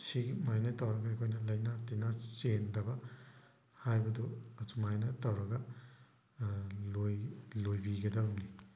ꯑꯁꯤꯒꯤ ꯃꯥꯏꯅ ꯇꯧꯔꯒ ꯑꯩꯈꯣꯏꯅ ꯂꯥꯏꯅꯥ ꯇꯤꯟꯅꯥ ꯆꯦꯟꯗꯕ ꯍꯥꯏꯕꯗꯨ ꯑꯗꯨꯃꯥꯏꯅ ꯇꯧꯔꯒ ꯂꯣꯏ ꯂꯣꯏꯕꯤꯒꯗꯕꯅꯤ